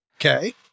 Okay